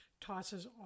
tosses